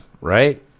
right